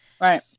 Right